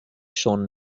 schon